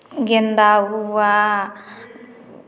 गेंदा हुआ